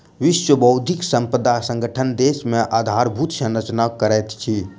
विश्व बौद्धिक संपदा संगठन देश मे आधारभूत संरचना करैत अछि